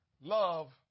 love